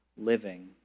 living